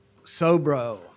Sobro